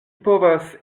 povas